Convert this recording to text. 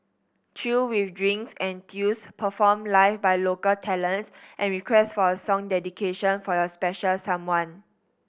chill with drinks and tunes performed live by local talents and request for a song dedication for your special someone